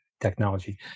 technology